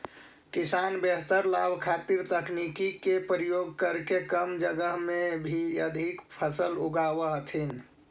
किसान बेहतर लाभ खातीर तकनीक के प्रयोग करके कम जगह में भी अधिक फसल उगाब हथिन